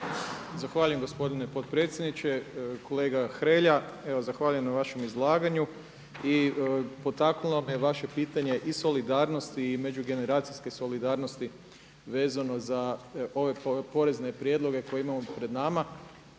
Zahvaljujem gospodine potpredsjedniče. Kolega Hrelja, evo zahvaljujem na vašem izlaganju i potaknulo me vaše pitanje i solidarnosti i međugeneracijske solidarnosti vezano za ove porezne prijedloge koje imamo pred nama.